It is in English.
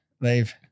leave